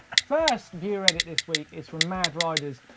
first viewer edit this week is from mad riders.